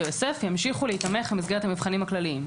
יוסף ימשיכו להיתמך במסגרת המבחנים הכלליים.